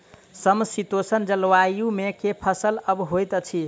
समशीतोष्ण जलवायु मे केँ फसल सब होइत अछि?